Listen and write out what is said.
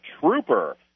trooper